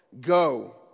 Go